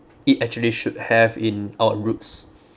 it actually should have in our roots